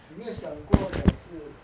有没有想过改次